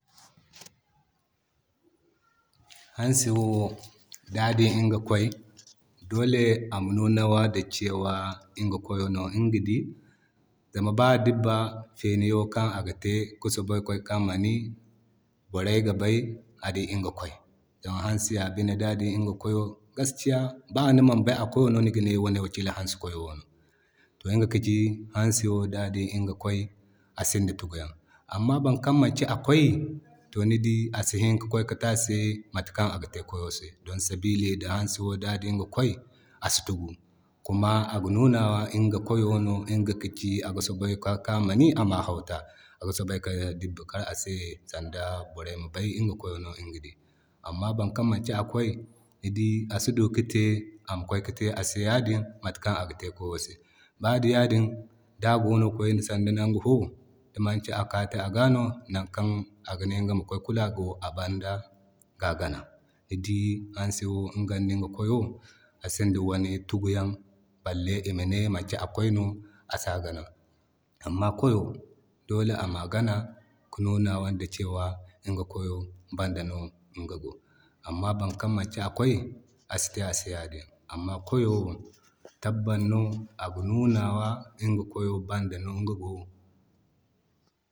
Hansi wo da di ŋga koy dole ama nunawa cewa ŋga koyo no yaa. Zama ba ŋga dibba feniyaŋo kan aga te ki sobay ki koy ka mani borey ga bay kan a dii ŋga koyo. Zama hansi ya binde da dii ŋga koy gaskiya baa ni man bay a koyo no niga ne boro wane kila hansi koyo no. To ŋga ka ci hansi wo da di iŋga koy a sinda tuguyaŋ. Amma bankan manti akoy to ni dii a si hini ki koy ka te ase matakaɲ aga te ŋga koyo sey. Don sabili da hansi wo da dii ŋga koy a si tugu. Kuma a ga nunawa ŋga koyo no. Ŋga gi ci aga sobay ka koy ka mani aman hau taa, aga sobay ka dibbe kar a se saŋga borey ma bay ŋga koyo no ŋga dii. Amma boro kan mati a koy ni dii a si du ki te ama koy ka te a se yadin mata kaŋ aga te koyo se. Baday yadin da go saŋga naŋgu fo dimanci a kaata ga no nakulu kan ane ŋgama kway a go a banda ga gana. To ni di hansi wo iŋga diŋga koyo wo asinda tuguyaŋ balle ima ne manci akoy no asi a gana. Amma koyo dole ama gana ki nunawa kan iga koyo banda no ŋga go. Amma boro kaŋ manci a koy asite ase ya din. Amma koyo wo tabbas no aga nunawa ŋga koyo banda no ŋga go